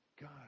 God